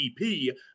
EP